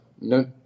no